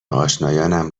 آشنایانم